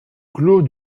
clos